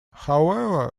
however